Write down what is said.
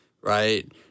right